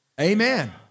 Amen